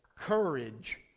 courage